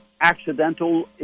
accidental